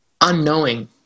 unknowing